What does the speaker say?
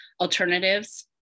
alternatives